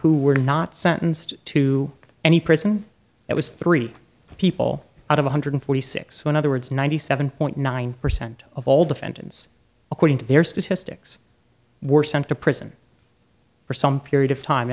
who were not sentenced to any prison that was three people out of one hundred forty six one other words ninety seven point nine percent of all defendants according to their statistics were sent to prison for some period of time